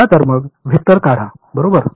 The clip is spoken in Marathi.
चला तर मग वेक्टर काढा बरोबर